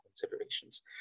considerations